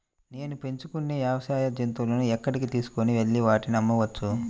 నేను పెంచుకొనే వ్యవసాయ జంతువులను ఎక్కడికి తీసుకొనివెళ్ళి వాటిని అమ్మవచ్చు?